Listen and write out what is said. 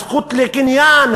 הזכות לקניין,